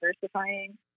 diversifying